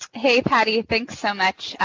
hey, patty, thanks so much.